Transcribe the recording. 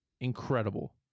incredible